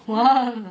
!wah!